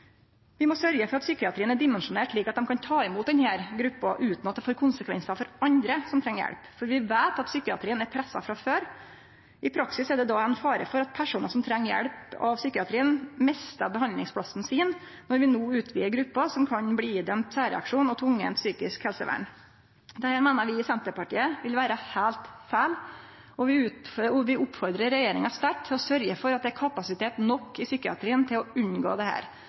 Vi må sørgje for at psykiatrien er dimensjonert slik at dei kan ta imot denne gruppa utan at det får konsekvensar for andre som treng hjelp, for vi veit at psykiatrien er pressa frå før. I praksis er det då ein fare for at personar som treng hjelp av psykiatrien, mistar behandlingsplassen sin når vi no utvider gruppa som kan bli dømd til særreaksjon og tvungent psykisk helsevern. Dette meiner vi i Senterpartiet vil vere heilt feil, og vi oppfordrar regjeringa sterkt til å sørgje for at det er kapasitet nok i psykiatrien til å unngå dette. Derfor meiner Senterpartiet at det